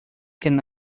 can